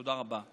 תודה רבה.